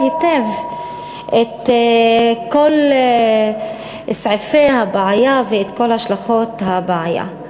היטב את כל סעיפי הבעיה ואת כל השלכות הבעיה.